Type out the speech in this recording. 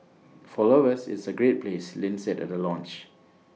for lovers it's A great place Lin said at the launch